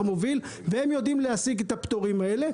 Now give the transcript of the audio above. מוביל; הם יודעים להשיג את הפטורים האלה,